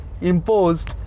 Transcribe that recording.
imposed